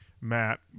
Matt